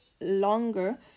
longer